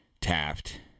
Taft